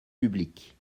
publiques